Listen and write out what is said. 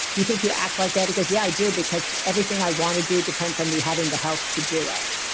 do you think you act like that? he goes yeah, i do, because everything i want to do depends on me having the health to do it.